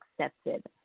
accepted